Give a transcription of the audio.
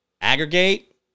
aggregate